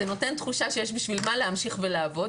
זה נותן תחושה שיש בשביל מה להמשיך ולעבוד.